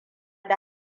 da